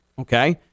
okay